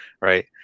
right